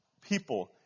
people